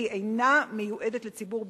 כי היא אינה מיועדת לציבור בישראל.